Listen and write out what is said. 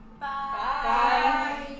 Bye